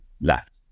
left